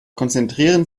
konzentrieren